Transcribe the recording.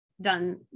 done